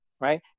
Right